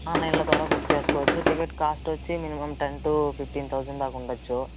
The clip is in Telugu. ఆన్లైన్ల ద్వారా బుక్ చేసుకోవచ్చు టికెట్ కాస్ట్ వచ్చి minimum ten to fifteen thousand దాక ఉండొచ్చు